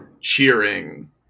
cheering